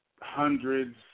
hundreds